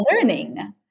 learning